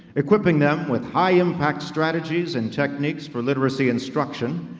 equipping them with high impact strategies, and techniques for literacy instruction,